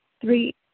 three